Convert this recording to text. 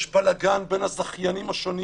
יש בלגן בין הזכיינים השונים